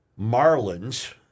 Marlins